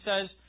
says